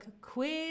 quiz